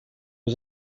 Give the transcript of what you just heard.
was